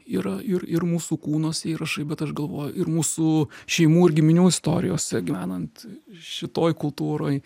yra ir ir mūsų kūnuose įrašai bet aš galvoju ir mūsų šeimų ir giminių istorijose gyvenant šitoj kultūroj